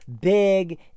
big